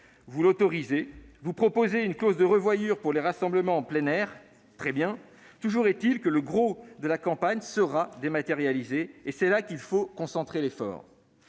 vous l'autorisez. Vous proposez une clause de rendez-vous pour les rassemblements en plein air. Très bien ! Toujours est-il que le gros de la campagne sera dématérialisé, et c'est sur ce point qu'il faut concentrer l'effort.